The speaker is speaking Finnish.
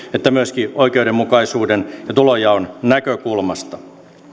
että myöskin oikeudenmukaisuuden ja tulojaon näkökulmasta